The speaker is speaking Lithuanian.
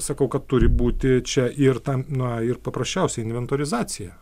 sakau kad turi būti čia ir tam na ir paprasčiausiai inventorizacija